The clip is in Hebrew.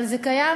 אבל זה קיים,